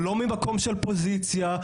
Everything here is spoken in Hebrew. לא ממקום של פוזיציה,